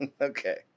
Okay